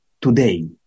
today